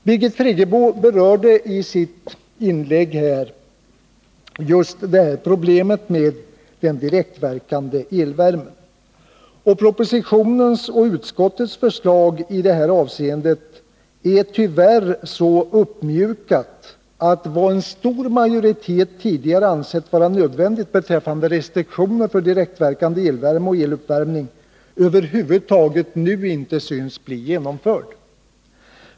Birgit Friggebo berörde i sitt inlägg just problemet med den direktverkande elvärmen, och propositionens och utskottets förslag i detta avseende är tyvärr så uppmjukade att det som en stor majoritet tidigare ansett vara nödvändigt beträffande restriktioner för direktverkande elvärme och eluppvärmning över huvud taget nu inte föreslås bli genomfört.